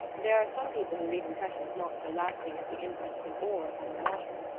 there are some people who leave impressions not so lasting as the imprint of an oar upon the water.